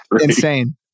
insane